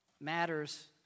matters